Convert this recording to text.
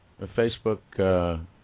Facebook